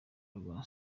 rwa